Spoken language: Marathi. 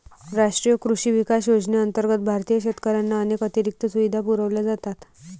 राष्ट्रीय कृषी विकास योजनेअंतर्गत भारतीय शेतकऱ्यांना अनेक अतिरिक्त सुविधा पुरवल्या जातात